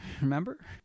remember